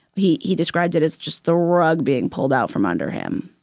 he he described it as just the rug being pulled out from under him.